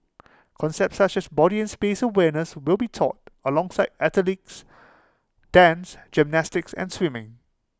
concepts such as body and space awareness will be taught alongside athletics dance gymnastics and swimming